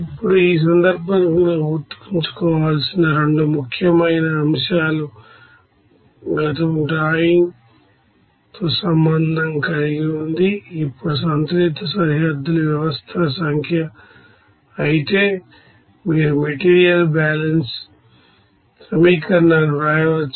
ఇప్పుడు ఈ సందర్భంలో గుర్తుంచుకోవాల్సిన 2 ముఖ్యమైన అంశాలు గతం డ్రాయింగ్ తో సంబంధం కలిగి ఉంది ఇప్పుడు సంతులిత సరిహద్దులు వ్యవస్థల సంఖ్య అయితే మీరు మెటీరియల్ బ్యాలెన్స్ సమీకరణాన్ని రాయవచ్చు